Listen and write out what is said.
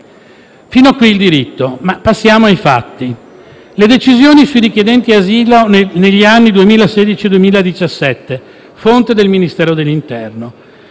Fino a qui il diritto. Ma passiamo ai fatti, le decisioni sui richiedenti asilo negli anni 2016-2017 (fonte del Ministero dell'interno):